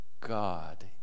God